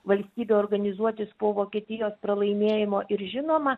valstybę organizuotis po vokietijos pralaimėjimo ir žinoma